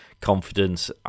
Confidence